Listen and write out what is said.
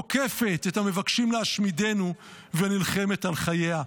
תוקפת את המבקשים להשמידנו ונלחמת על חייה.